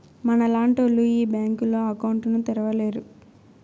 మనలాంటోళ్లు ఈ బ్యాంకులో అకౌంట్ ను తెరవలేరు